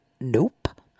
Nope